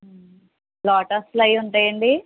లోటస్లు అవి ఉంటాయండీ